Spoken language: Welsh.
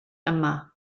yma